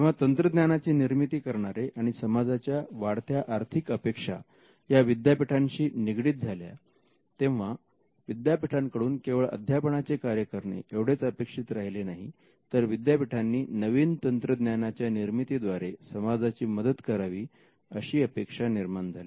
जेव्हा तंत्रज्ञानाची ची निर्मिती करणारे आणि समाजाच्या वाढत्या आर्थिक अपेक्षा या विद्यापीठांशी निगडीत झाल्या तेव्हा विद्यापीठांकडून केवळ अध्यापनाचे कार्य करणे एवढीच अपेक्षा राहिली नाही तर विद्यापीठांनी नवीन तंत्रज्ञानाच्या निर्मितीद्वारे समाजाची मदत करावी अशी अपेक्षा निर्माण झाली